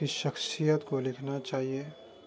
اس کی شخصیت کو لکھنا چاہیے